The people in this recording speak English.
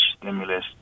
stimulus